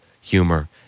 humor